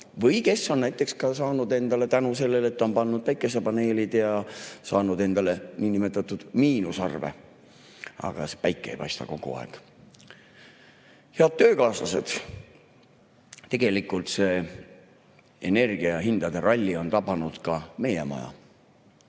kes on näiteks saanud hakkama tänu sellele, et on pannud üles päikesepaneelid ja saanud endale niinimetatud miinusarve. Aga päike ei paista kogu aeg. Head töökaaslased! Tegelikult see energiahindade ralli on tabanud ka meie maja.